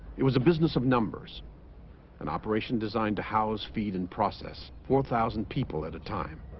it was a business of numbers an operation designed to house feed and process four thousand people at a time